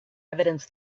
evidence